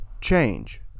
change